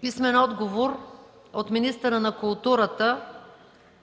Христова; - министъра на културата